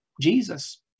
Jesus